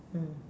mm